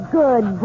good